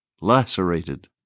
lacerated